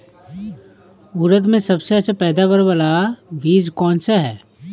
उड़द में सबसे अच्छा पैदावार वाला बीज कौन सा है?